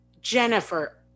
Jennifer